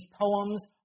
poems